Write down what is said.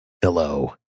Hello